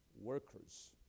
workers